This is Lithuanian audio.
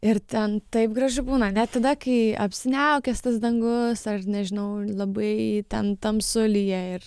ir ten taip gražu būna net tada kai apsiniaukęs tas dangus ar nežinau labai ten tamsu lyja ir